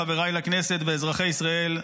חבריי לכנסת ואזרחי ישראל,